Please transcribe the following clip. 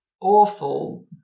awful